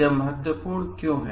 ये महत्वपूर्ण क्यों हैं